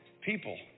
people